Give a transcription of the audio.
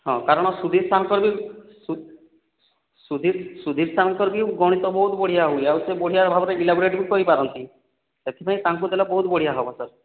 ହଁ କାରଣ ସୁଧୀର ସାର୍ଙ୍କର ବି ସୁଧୀର ସାର୍ଙ୍କର ବି ଗଣିତ ବହୁତ ବଢ଼ିଆ ହୁଏ ଆଉ ସେ ବଢ଼ିଆ ଭାବେ ଇଲାବୋରେଟ୍ ବି କରିପାରନ୍ତି ସେଥିପାଇଁ ତାଙ୍କୁ ଦେଲେ ବହୁତ ବଢ଼ିଆ ହେବ ସାର୍